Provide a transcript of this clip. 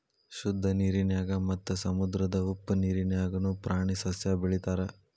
ಶುದ್ದ ನೇರಿನ್ಯಾಗ ಮತ್ತ ಸಮುದ್ರದ ಉಪ್ಪ ನೇರಿನ್ಯಾಗುನು ಪ್ರಾಣಿ ಸಸ್ಯಾ ಬೆಳಿತಾರ